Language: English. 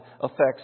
affects